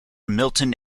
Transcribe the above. milton